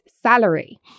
salary